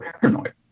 paranoid